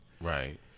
Right